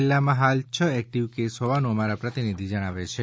જિલ્લામાં હાલ છ એકટીવ કેસ હોવાનું અમારા પ્રતિનિધિ જણાવે છે